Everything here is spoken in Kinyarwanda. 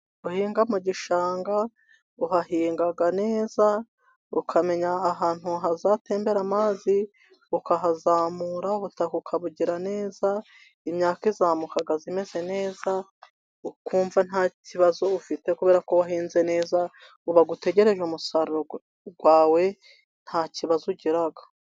Guhinga mu gishanga, uhahinga neza ukamenya ahantu hazatembera amazi ukahazamura ubutaka ukabugira neza, imyaka izamuka imeze neza ukumva nta kibazo ufite kubera ko wahinze neza, uba utegereje umusaruro wawe nta kibazo ugira.